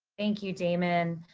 thank you, damon.